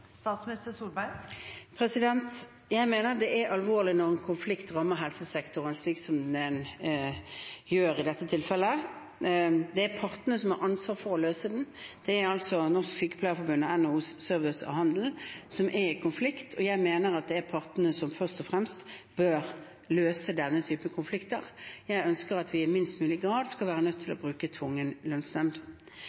Jeg mener det er alvorlig når en konflikt rammer helsesektoren, slik som den gjør i dette tilfellet. Det er partene som har ansvar for å løse den, det er altså Norsk Sykepleierforbund og NHO Service og Handel som er i konflikt, og jeg mener at det er partene som først og fremst bør løse denne typen konflikter. Jeg ønsker at vi i minst mulig grad skal være nødt til